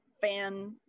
fan